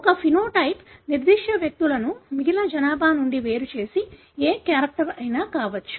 ఒక ఫెనోటైప్ నిర్దిష్ట వ్యక్తులను మిగిలిన జనాభా నుండి వేరు చేసే ఏ క్యారక్టర్ అయినా కావచ్చు